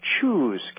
choose